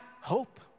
hope